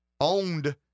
owned